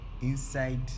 inside